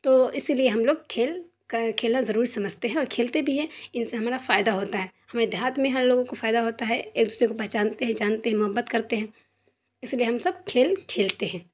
تو اسی لیے ہم لوگ کھیل کھیلنا ضروری سمجھتے ہیں اور کھیلتے بھی ہیں ان سے ہمارا فائدہ ہوتا ہے ہمارے دیہات میں ہر لوگوں کو فائدہ ہوتا ہے ایک دوسرے کو پہچانتے ہیں جانتے ہیں محبت کرتے ہیں اس لیے ہم سب کھیل کھیلتے ہیں